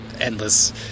endless